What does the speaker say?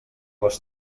les